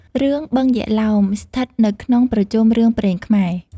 រឿង បឹងយក្សឡោម ស្ថិតនៅក្នុងប្រជុំរឿងព្រេងខ្មែរ។